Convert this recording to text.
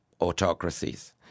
autocracies